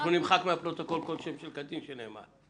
נמחק מהפרוטוקול כל שם של קטין שנאמר.